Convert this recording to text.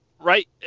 right